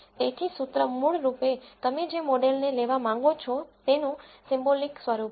તેથી સૂત્ર મૂળરૂપે તમે જે મોડેલને લેવા માંગો છો તેનું સિમ્બોલિક સ્વરૂપ છે